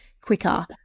quicker